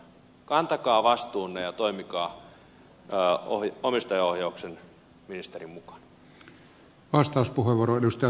kantakaa vastuunne ja toimikaa omistajaohjauksen ministerin mukaan